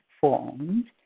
formed